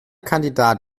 kandidat